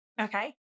Okay